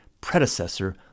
predecessor